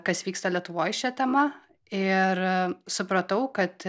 kas vyksta lietuvoj šia tema ir supratau kad